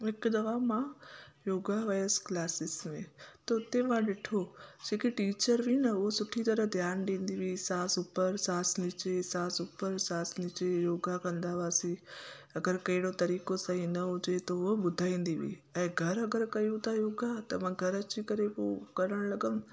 हिकु दफ़ा मां योगा वयस क्लासिस में त उते मां ॾिठो जेकी टीचर हुई न उहा सुठी तरह ध्यानु ॾींदी हुई साहु ऊपर साहु नीचे साहु ऊपर साहु नीचे योगा कंदा हुआसीं अगरि कहिड़ो तरीक़ो सही न हुजे त उहो ॿुधाईंदी हुई ऐं घरु अगरि कयूं था योगा त मां घर अची करे उहो करणु लॻियमि